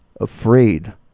afraid